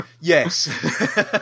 yes